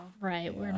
right